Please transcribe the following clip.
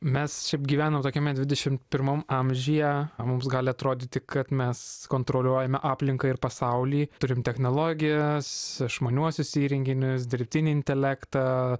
mes šiaip gyvenam tokiame dvidešimt pirmam amžiuje mums gali atrodyti kad mes kontroliuojame aplinką ir pasaulį turim technologijas išmaniuosius įrenginius dirbtinį intelektą